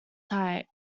tight